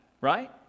right